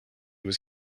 was